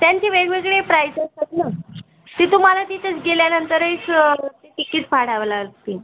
त्यांची वेगवेगळे प्राईस असतात ना ती तुम्हाला तिथेच गेल्यानंतर एक ते तिकिट फाडावं लागतील